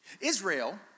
Israel